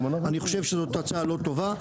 אני חושב שזאת הצעה לא טובה,